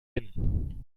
hin